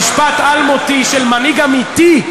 משפט אלמותי של מנהיג אמיתי,